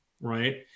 right